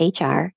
HR